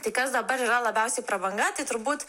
tai kas dabar yra labiausiai prabanga tai turbūt